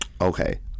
Okay